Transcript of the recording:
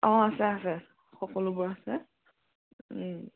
অঁ আছে আছে সকলোবোৰ আছে